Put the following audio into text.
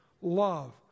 love